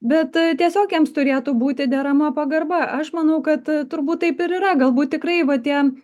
bet tiesiog jiems turėtų būti derama pagarba aš manau kad turbūt taip ir yra galbūt tikrai va tie